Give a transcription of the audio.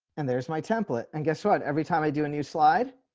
and there's my template. and guess what, every time i do a new slide.